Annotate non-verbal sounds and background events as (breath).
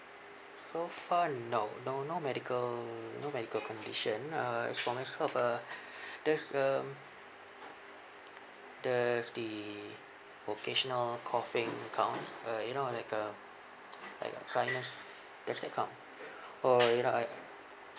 so far no no no medical no medical condition uh as for myself uh (breath) does um does the occasional coughing count uh you know like uh like uh sinus does that count or you know like